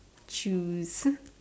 choose